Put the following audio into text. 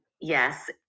Yes